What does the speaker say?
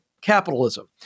capitalism